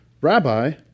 Rabbi